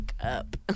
up